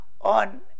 on